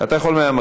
אתה יכול מהמקום.